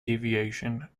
deviation